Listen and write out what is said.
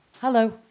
Hello